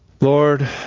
Lord